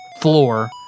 floor